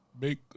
make